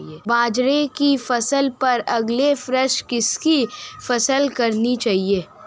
बाजरे की फसल पर अगले वर्ष किसकी फसल करनी चाहिए?